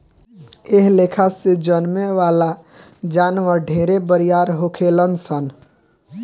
एह लेखा से जन्में वाला जानवर ढेरे बरियार होखेलन सन